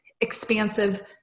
expansive